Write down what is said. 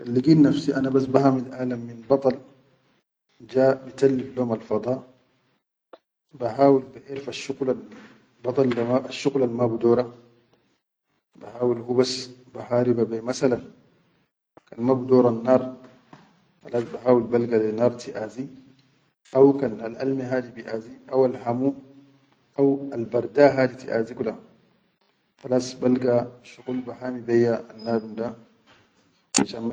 Kan ligid nafsi ana bas bahamit aʼalam min badal ja bitallif lom alfada, bahawil baʼerfal shuqulal badal da asshuqulal ma bidora bahawil hubas bahariba be, masalan kan ma bidorannar, khalas bahawil balga lai naar tiʼazi aw kan al-alme hadi biaʼazi, aw alhamu, aw albada hadi tiaʼazi kula khalas balga shuqul ba hami be annadum da.